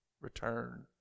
return